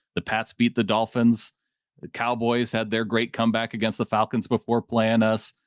the pats beat the dolphins cowboys had their great comeback against the falcons before plan us.